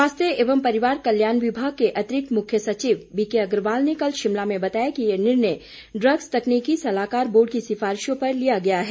स्वास्थ्य एवं परिवार कल्याण विभाग के अतिरिक्त मुख्य सचिव बीके अग्रवाल ने कल शिमला में बताया कि ये निर्णय इग्स तकनीकि सहलाकर बोर्ड की सिफारिशों पर लिया गया है